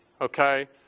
okay